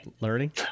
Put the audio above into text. learning